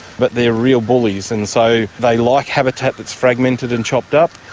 but they are real bullies, and so they like habitat that is fragmented and chopped up.